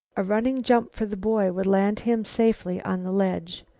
a running jump for the boy would land him safely on the ledge.